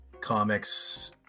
comics